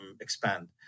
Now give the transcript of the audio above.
expand